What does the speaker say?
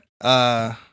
Uh-